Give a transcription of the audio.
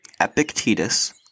Epictetus